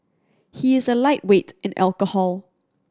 he is a lightweight in alcohol